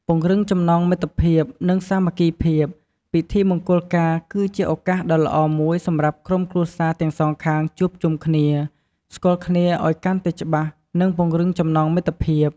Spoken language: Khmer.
ពង្រឹងចំណងមិត្តភាព និងសាមគ្គីភាព ពិធីមង្គលការគឺជាឱកាសដ៏ល្អមួយសម្រាប់ក្រុមគ្រួសារទាំងសងខាងជួបជុំគ្នា ស្គាល់គ្នាឱ្យកាន់តែច្បាស់ និងពង្រឹងចំណងមិត្តភាព។